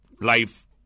Life